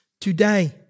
today